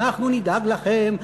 אנחנו נדאג לכם,